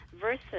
versus